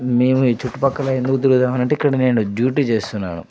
మేము ఈ చుట్టుపక్కల ఎందుకు తిరుగుతాం అనంటే ఇక్కడ నేను డ్యూటీ చేస్తున్నాను